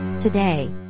Today